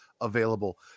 available